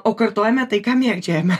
o kartojame tai ką mėgdžiojame